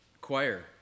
choir